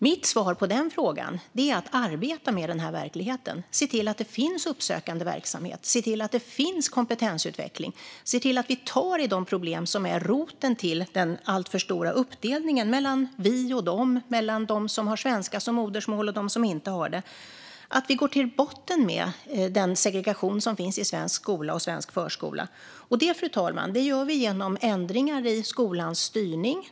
Mitt svar på detta är att arbeta med den här verkligheten - se till att det finns uppsökande verksamhet, se till att det finns kompetensutveckling och se till att vi tar i de problem som är roten till den alltför stora uppdelningen mellan vi och dom och mellan dem som har svenska som modersmål och dem som inte har det. Vi måste gå till botten med den segregation som finns i svensk skola och svensk förskola. Det, fru talman, gör vi genom ändringar i skolans styrning.